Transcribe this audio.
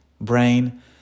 brain